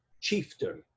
chieftain